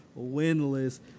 winless